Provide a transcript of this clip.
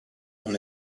dans